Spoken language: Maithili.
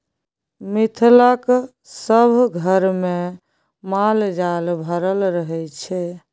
मिथिलाक सभ घरमे माल जाल भरल रहय छै